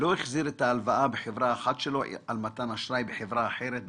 לא החזיר הלוואה בחברה אחת שלו על מתן אשראי בחברה אחרת בפירמידה?